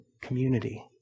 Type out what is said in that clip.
community